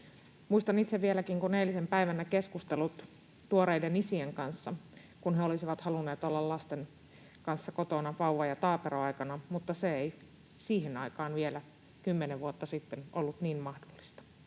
Muistan itse vieläkin kuin eilisen päivän ne keskustelut tuoreiden isien kanssa, kun he olisivat halunneet olla lasten kanssa kotona vauva- ja taaperoaikana, mutta se ei siihen aikaan vielä, kymmenen vuotta sitten, ollut niin mahdollista.